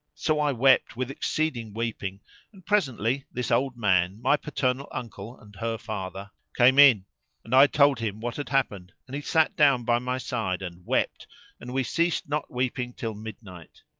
so i wept with exceeding weeping and presently this old man, my paternal uncle and her father, came in and i told him what had happened and he sat down by my side and wept and we ceased not weeping till midnight.